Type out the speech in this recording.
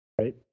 Right